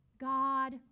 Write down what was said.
God